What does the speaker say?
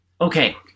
Okay